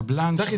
צחי,